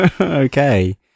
Okay